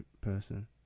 person